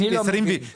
אני לא מבין.